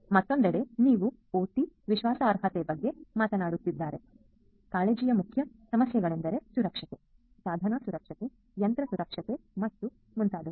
ಮತ್ತೊಂದೆಡೆ ನೀವು ಒಟಿ ವಿಶ್ವಾಸಾರ್ಹತೆಯ ಬಗ್ಗೆ ಮಾತನಾಡುತ್ತಿದ್ದರೆ ಕಾಳಜಿಯ ಮುಖ್ಯ ಸಮಸ್ಯೆಗಳೆಂದರೆ ಸುರಕ್ಷತೆ ಸಾಧನ ಸುರಕ್ಷತೆ ಯಂತ್ರ ಸುರಕ್ಷತೆ ಮತ್ತು ಮುಂತಾದವು